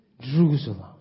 Jerusalem